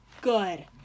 good